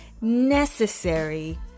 necessary